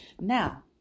now